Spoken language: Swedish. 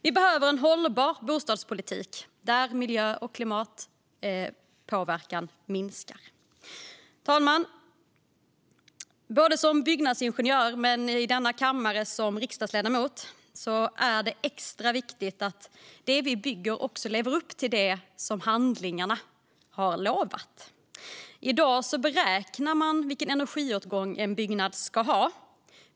Vi behöver en hållbar bostadspolitik där miljö och klimatpåverkan minskar. Fru talman! Som både byggnadsingenjör och i denna kammare riksdagsledamot är det för mig extra viktigt att det vi bygger också lever upp till det som har utlovats i handlingarna. I dag beräknas vilken energiåtgång en byggnad ska ha.